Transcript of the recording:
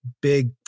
big